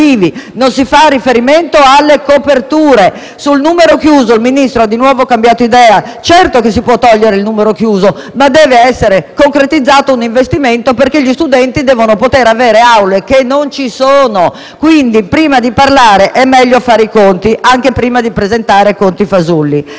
innovativi, né alle coperture. Sul numero chiuso il Ministro ha di nuovo cambiato idea: certo che lo si può togliere, ma deve essere concretizzato un investimento, perché gli studenti devono poter avere aule che non ci sono. Quindi, prima di parlare è meglio fare i conti, e anche prima di presentare conti fasulli.